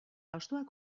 hostoak